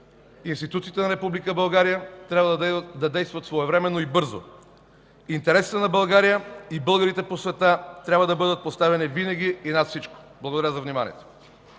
институциите на Република България трябва да действат своевременно и бързо. Интересът на България и на българите по света трябва да бъдат поставени винаги и над всичко.” Благодаря за вниманието.